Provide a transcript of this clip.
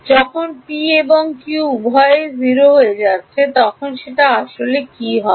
যখন p এবং q উভয়ই 0 হয় এটি কী হয় আসল ভাবে